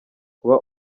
kuba